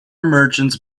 merchants